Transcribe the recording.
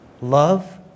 love